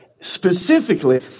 Specifically